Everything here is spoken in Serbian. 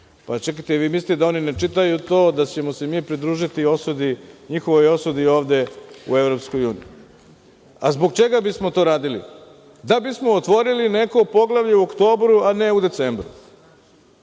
Pa vi mislite da oni ne čitaju to, da ćemo se mi pridružiti njihovoj osudi ovde u EU? A zbog čega bismo to radili? Da bismo otvorili neko poglavlje u oktobru a ne u decembru.